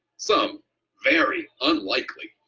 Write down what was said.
some very unlikely.